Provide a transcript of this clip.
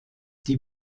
die